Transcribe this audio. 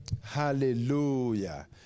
Hallelujah